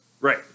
Right